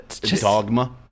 Dogma